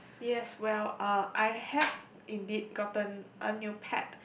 yes well uh I have indeed gotten a new pet